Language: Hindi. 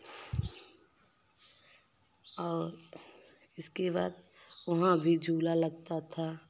और इसके बाद वहाँ भी झूला लगता था